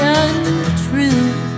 untrue